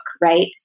right